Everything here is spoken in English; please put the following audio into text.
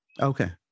Okay